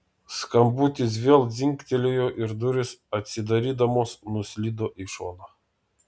skambutis vėl dzingtelėjo ir durys atsidarydamos nuslydo į šoną